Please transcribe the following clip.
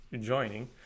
joining